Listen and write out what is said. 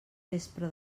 vespre